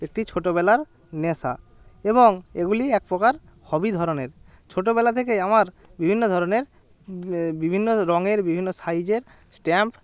একটি ছোটবেলার নেশা এবং এগুলি একপ্রকার হবি ধরনের ছোটোবেলা থেকে আমার বিভিন্ন ধরনের বিভিন্ন রঙের বিভিন্ন সাইজের স্ট্যাম্প